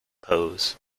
pose